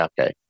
okay